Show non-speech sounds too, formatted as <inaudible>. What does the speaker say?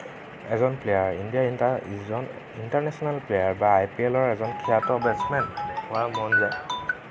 এজন প্লেয়াৰ ইণ্ডিয়াৰ <unintelligible> এজন ইণ্টাৰ্নেচ্যনেল প্লেয়াৰ বা আই পি এলৰ এজন খ্যাত বেটচমেন <unintelligible>